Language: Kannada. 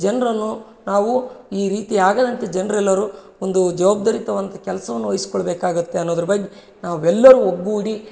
ಜನರನ್ನು ನಾವು ಈ ರೀತಿ ಆಗದಂತೆ ಜನರೆಲ್ಲರೂ ಒಂದು ಜವಾಬ್ದಾರಿಯುತವಂತ ಕೆಲಸವನ್ನು ವಹಿಸ್ಕೊಳ್ಬೇಕಾಗತ್ತೆ ಅನ್ನೋದ್ರ ಬಗ್ಗೆ ನಾವೆಲ್ಲರೂ ಒಗ್ಗೂಡಿ